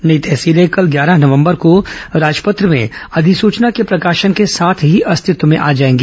नई तहसीलें कल ग्यारह नवंबर को राजपत्र में अधिसूचना के प्रकाशन के साथ ही अस्तित्व में आ जाएगी